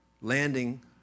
landing